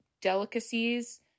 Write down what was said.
delicacies